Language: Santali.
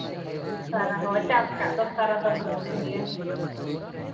ᱛᱟᱨᱟ ᱦᱳᱭ ᱪᱟᱥ ᱠᱟᱜ ᱫᱚᱢ ᱛᱟᱨᱟ ᱫᱚᱢ ᱟᱠᱷᱨᱤᱧ ᱜᱮᱭᱟ